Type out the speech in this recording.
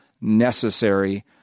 necessary